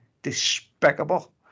despicable